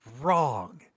wrong